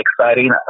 exciting